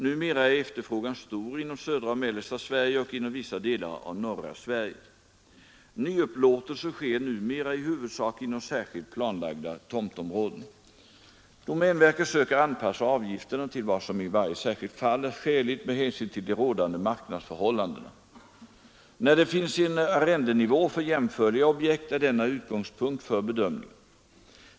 Numera är efterfrågan stor inom södra och mellersta Sverige och inom vissa delar av norra Sverige. Nyupplåtelser sker numera i huvudsak inom särskilt planlagda tomtområden. Domänverket söker anpassa avgifterna till vad som i varje särskilt fall är skäligt med hänsyn till de rådande marknadsförhållandena. När det finns en arrendenivå för jämförliga objekt är denna utgångspunkt för bedömningen.